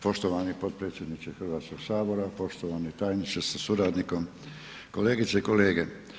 Poštovani potpredsjedniče Hrvatskog sabora, poštovani tajniče sa suradnikom, kolegice i kolege.